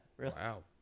Wow